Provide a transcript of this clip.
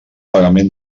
pagament